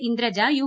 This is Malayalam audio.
ഇന്ദ്രജ യു